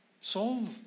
Solve